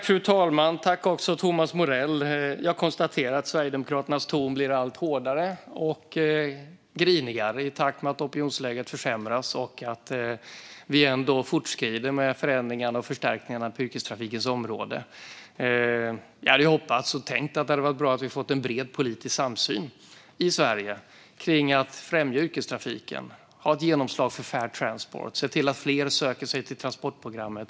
Fru talman! Tack, Thomas Morell! Jag konstaterar att Sverigedemokraternas ton blir allt hårdare och grinigare i takt med att opinionsläget försämras och att vi ändå fortskrider med förändringarna och förstärkningarna på yrkestrafikens område. Jag hade hoppats och tänkt att det hade varit bra om vi hade fått en bred politisk samsyn i Sverige om att främja yrkestrafiken, ha ett genomslag för fair transport och se till att fler söker sig till transportprogrammet.